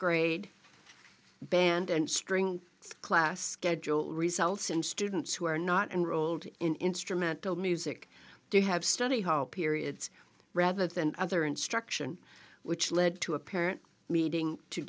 grade band and string class schedule results in students who are not enrolled in instrumental music do have study hall periods rather than other instruction which led to a parent meeting to